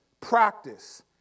practice